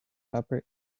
fabric